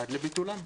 עד לביטולם.